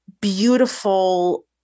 beautiful